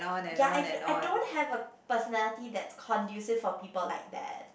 ya I do~ I don't have a personality that is conducive for people like that